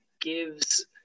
gives –